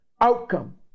outcome